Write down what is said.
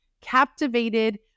captivated